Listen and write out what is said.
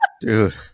dude